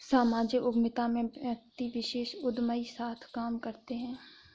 सामाजिक उद्यमिता में व्यक्ति विशेष उदयमी साथ काम करते हैं